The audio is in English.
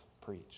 preach